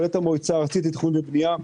כולל את המועצה הארצית לתכנון ובנייה,